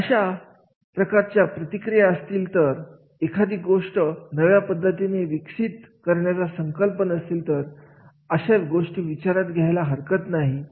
अशा प्रकारच्या प्रतिक्रिया असतील तर एखादी गोष्ट नव्या पद्धतीने करण्याचा संकल्प नसतील तर अशा गोष्टी विचारात घ्यायला हरकत नाही